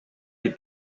les